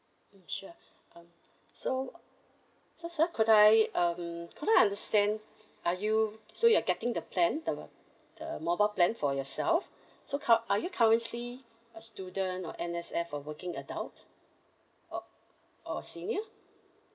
mm sure um so so sir could I um could I understand are you so you are getting the plan the the mobile plan for yourself so cur~ are you currently a student or N_S_F or working adult or or a senior